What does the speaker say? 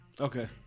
Okay